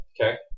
okay